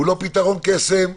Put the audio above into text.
הוא לא פתרון קסם,